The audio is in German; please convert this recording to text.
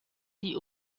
die